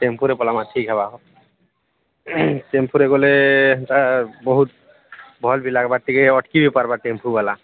ଟେମ୍ପୁରେ ପଳେଇବା ଠିକ୍ ହେବ ଟେମ୍ପୁରେ ଗଲେ ସେଟା ବହୁତ ଭଲ ବି ଲାଗିବ ଟିକେ ଅଟକି ବି ପାରିବ ଟେମ୍ପୁ ବାଲା